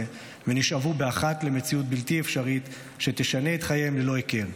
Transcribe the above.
ונשאבו באחת למציאות בלתי אפשרית שתשנה את חייהם ללא היכר,